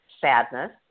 sadness